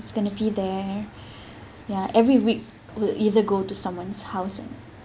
cousins' going to be there ya every week we'll either go to someone's house and